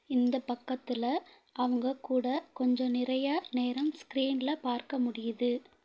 இந்த பக்கத்தில் அவங்க கூட கொஞ்ச நிறைய நேரம் ஸ்க்ரீன்ல பார்க்க முடியுது